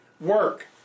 work